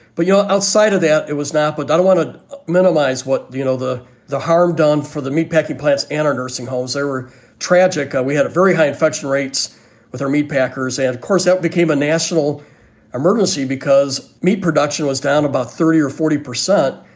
but, you know, outside of that, it was now. but i don't want to minimize what, you know, the the harm done for the meatpacking plants and our so homes. there were tragic. we had a very high infection rates with our meat packers. and, of course, it became a national emergency because meat production was down about thirty or forty percent.